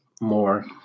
more